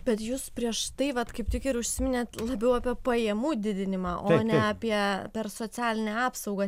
bet jūs prieš tai vat kaip tik ir užsiminėt labiau apie pajamų didinimą o ne apie per socialinę apsaugą